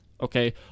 Okay